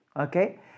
Okay